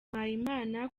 mpayimana